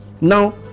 Now